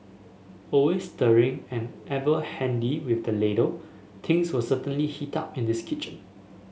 always stirring and ever handy with the ladle things will certainly heat up in this kitchen